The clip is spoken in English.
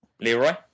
Leroy